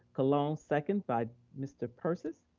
colon, second by mr. persis.